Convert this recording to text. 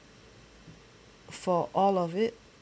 for all of it